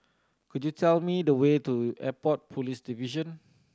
could you tell me the way to Airport Police Division